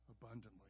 abundantly